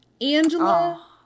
Angela